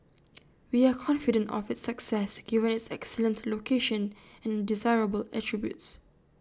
we are confident of its success given its excellent location and desirable attributes